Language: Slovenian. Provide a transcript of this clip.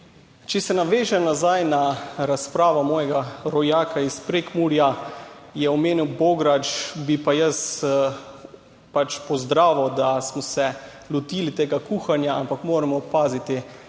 Če se navežem nazaj na razpravo mojega rojaka iz Prekmurja, je omenil bograč. Bi pa jaz pač pozdravil, da smo se lotili tega kuhanja, ampak moramo paziti,